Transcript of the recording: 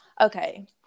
okay